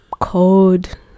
Cold